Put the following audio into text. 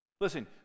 Listen